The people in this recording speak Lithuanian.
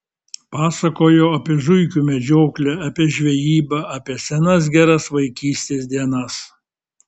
pasakojo apie zuikių medžioklę apie žvejybą apie senas geras vaikystės dienas